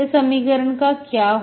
इस समीकरण का क्या होगा